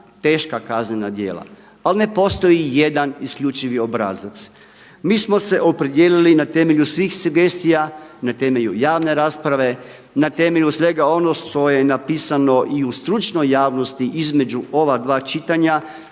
teška kaznena djela ali ne postoji jedan isključivi obrazac. Mi smo se opredijelili na temelju svih sugestija, na temelju javne rasprave, na temelju svega onoga što je napisano i u stručnoj javnosti između ova dva čitanja